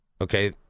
Okay